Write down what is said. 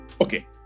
Okay